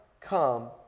come